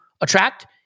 attract